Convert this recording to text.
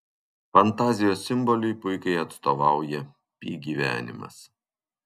fantazijos simboliui puikiai atstovauja pi gyvenimas